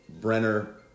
Brenner